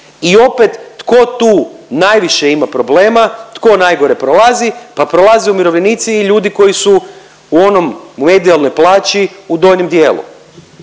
I opet, tko tu najviše ima problema? Tko najgore prolazi? Pa prolaze umirovljenici i ljudi koji su u onom, u medijalnoj plaći u donjem dijelu